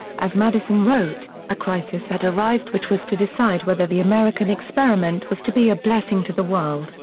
as madison wrote, a crisis had arrived which was to decide whether the american experiment was to be a blessing to the world,